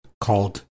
called